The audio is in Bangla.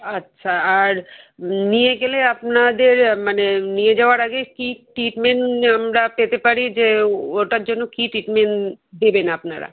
আচ্ছা আর নিয়ে গেলে আপনাদের মানে নিয়ে যাওয়ার আগে কী ট্রিটমেন্ট আমরা পেতে পারি যে ওটার জন্য কি ট্রিটমেন্ট দেবেন আপনারা